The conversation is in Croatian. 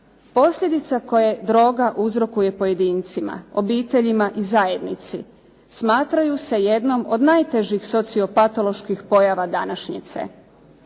Posljedica koje droga uzrokuje pojedincima, obiteljima i zajednici smatraju se jednom od najtežih sociopatoloških pojava današnjice.